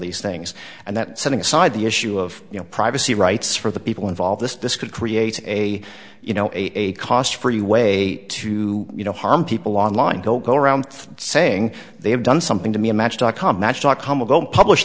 these things and that setting aside the issue of privacy rights for the people involved this this could create a you know a cost free way to you know harm people online don't go around saying they have done something to me a match dot com match dot com or go publish